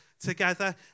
together